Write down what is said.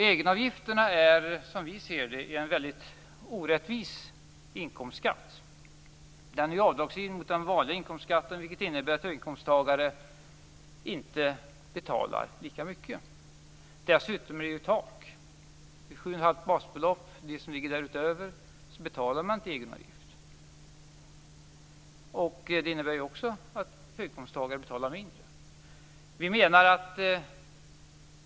Egenavgifterna är som vi ser det en väldigt orättvis inkomstskatt. Den av avdragsgill mot den vanliga inkomstskatten, vilket innebär att höginkomsttagare inte betalar lika mycket. Dessutom finns ett tak på sju och ett halvt basbelopp. På det som ligger därutöver betalar man inte egenavgift. Det innebär också att höginkomsttagare betalar mindre.